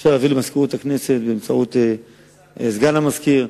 אפשר להעביר למזכירות הכנסת באמצעות סגן המזכיר,